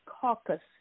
caucus